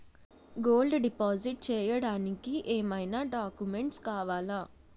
Gold deposit చేయడానికి ఏమైనా documents కావాలా?